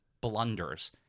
blunders